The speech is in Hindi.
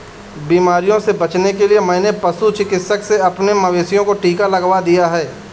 बीमारियों से बचने के लिए मैंने पशु चिकित्सक से अपने मवेशियों को टिका लगवा दिया है